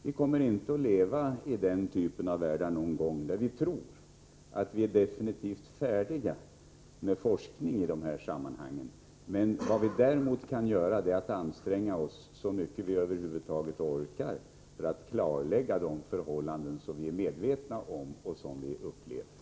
Vi kommer inte någon gång att leva i en värld där vi är definitivt färdiga med forskning i sådana här sammanhang. Vad vi däremot kan göra är att anstränga oss så mycket vi över huvud taget orkar för att klarlägga orsakerna till de problem som vi upplever.